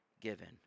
given